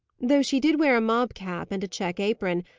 though she did wear a mob-cap and a check apron,